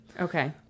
Okay